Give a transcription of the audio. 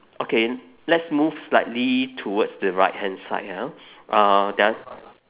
okay let's move slightly towards the right hand side ah uh there are